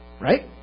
Right